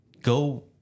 go